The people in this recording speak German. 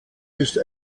ist